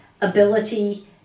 ability